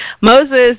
Moses